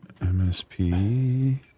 MSP